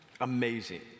amazing